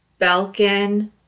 Belkin